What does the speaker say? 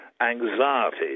anxiety